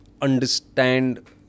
understand